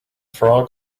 frog